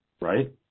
right